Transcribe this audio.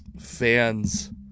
fans